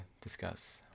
discuss